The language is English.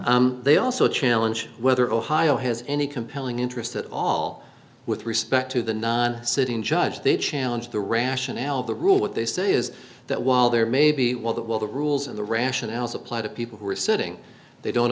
not they also challenge whether ohio has any compelling interest at all with respect to the non sitting judge they challenge the rationale of the rule what they say is that while there may be well the rules and the rationales apply to people who are sitting they don't